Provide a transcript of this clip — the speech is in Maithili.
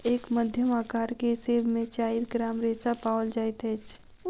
एक मध्यम अकार के सेब में चाइर ग्राम रेशा पाओल जाइत अछि